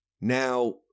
Now